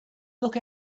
look